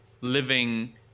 living